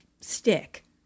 stick